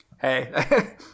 Hey